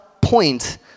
point